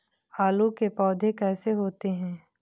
आलू के पौधे कैसे होते हैं?